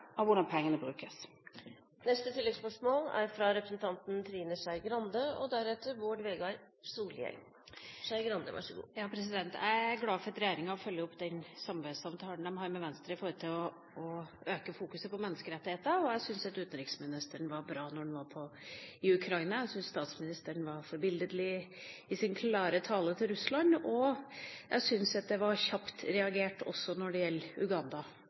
av hvordan pengene brukes. Trine Skei Grande – til oppfølgingsspørsmål. Jeg er glad for at regjeringa følger opp den samarbeidsavtalen de har med Venstre om å øke fokuset på menneskerettigheter. Jeg syns utenriksministeren var bra da han var i Ukraina, jeg syns statsministeren var forbilledlig i sin klare tale til Russland, og jeg syns det var kjapt reagert også når det gjelder Uganda.